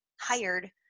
hired